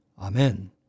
Amen